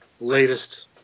latest